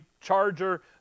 charger